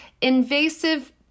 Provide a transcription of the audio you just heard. invasive